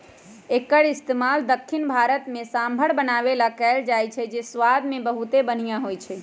एक्कर इस्तेमाल दख्खिन भारत में सांभर बनावे ला कएल जाई छई जे स्वाद मे बहुते बनिहा होई छई